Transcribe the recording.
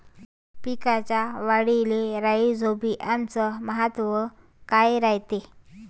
पिकाच्या वाढीले राईझोबीआमचे महत्व काय रायते?